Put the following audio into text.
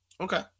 Okay